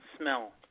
smell